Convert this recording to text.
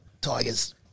Tigers